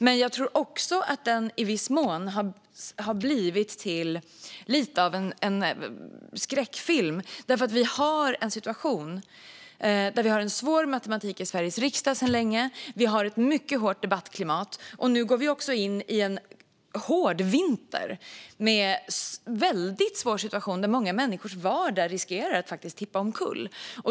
Men jag tror också att debatten i viss mån har blivit lite av en skräckfilm därför att vi sedan länge har en situation med svår matematik i Sveriges riksdag och ett mycket hårt debattklimat. Nu går vi också in i en hård vinter med en väldigt svår situation där många människors vardag riskerar att faktiskt tippa omkull.